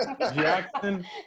Jackson